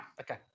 Okay